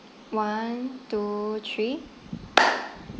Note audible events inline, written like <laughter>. one two three <noise>